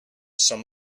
some